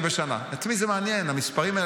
בלי סנקציות שנוגעות בפרט החרדי,